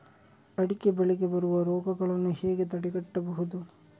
ಅಡಿಕೆ ಬೆಳೆಗೆ ಬರುವ ರೋಗಗಳನ್ನು ಹೇಗೆ ತಡೆಗಟ್ಟಬಹುದು?